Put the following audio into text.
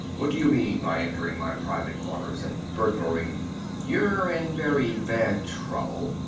what do you mean by entering my private quarters and burglaring you're in very bad trouble,